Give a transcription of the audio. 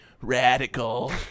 Radical